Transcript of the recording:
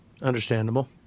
Understandable